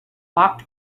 walked